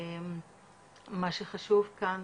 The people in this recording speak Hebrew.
מה שחשוב כאן